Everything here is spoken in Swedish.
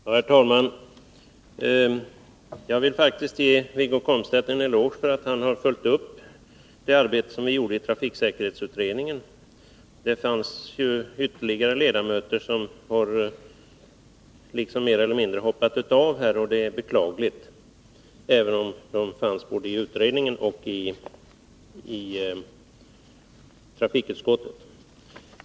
Herr talman! Jag vill faktiskt ge Wiggo Komstedt en eloge för att han följt upp det arbete som vi utförde i trafiksäkerhetsutredningen. Det fanns ytterligare ledamöter i den utredningen — även om de också fanns med i trafikutskottet — men nu är det osäkert var de står, och det är beklagligt.